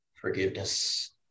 forgiveness